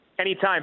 Anytime